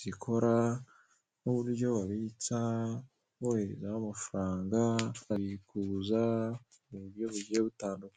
zikora n'uburyo babitsa boherezaho amafaranga, ukabikuza mu buryo bugiye butandukanye.